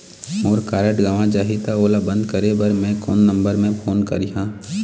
मोर card गंवा जाही त ओला बंद करें बर मैं कोन नंबर म फोन करिह?